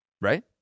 Right